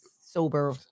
sober